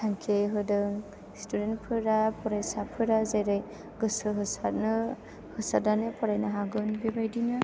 थांखियै होदों स्टुडेन्टफोरा फरायसाफोरा जेरै गोसो होसारनो होसारनानै फरायनो हागोन बेबायदिनो